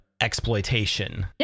exploitation